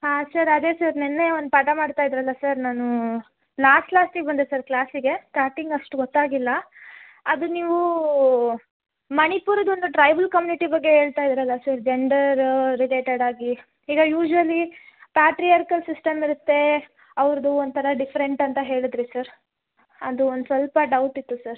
ಹಾಂ ಸರ್ ಅದೇ ಸರ್ ನಿನ್ನೆ ಒಂದು ಪಾಠ ಮಾಡ್ತಾ ಇದರಲ್ಲ ಸರ್ ನಾನು ಲಾಸ್ಟ್ ಲಾಸ್ಟಿಗೆ ಬಂದೆ ಸರ್ ಕ್ಲಾಸಿಗೆ ಸ್ಟಾರ್ಟಿಂಗ್ ಅಷ್ಟು ಗೊತ್ತಾಗಿಲ್ಲ ಅದು ನೀವು ಮಣಿಪುರದ ಒಂದು ಟ್ರೈಬಲ್ ಕಮ್ಯುನಿಟಿ ಬಗ್ಗೆ ಹೇಳ್ತ ಇದಿರಲ್ಲ ಸರ್ ಜಂಡರ್ ರಿಲೇಟೆಡ್ದಾಗಿ ಈಗ ಯೂಸ್ವಲಿ ಪಾಟ್ರಿಯಾರ್ಕಲ್ ಸಿಸ್ಟಮ್ ಇರುತ್ತೆ ಅವ್ರುದ್ದು ಒಂಥರ ಡಿಫ್ರೆಂಟ್ ಅಂತ ಹೇಳಿದ್ರಿ ಸರ್ ಅದು ಒಂದು ಸ್ವಲ್ಪ ಡೌಟ್ ಇತ್ತು ಸರ್